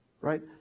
right